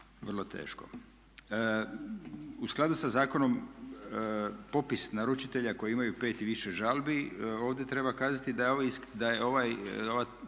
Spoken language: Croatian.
vrlo teško. U skladu sa zakonom popis naručitelja koji imaju pet i više žalbi ovdje treba kazati da je ovaj